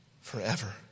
forever